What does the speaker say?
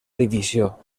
divisió